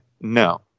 no